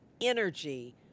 energy